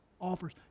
offers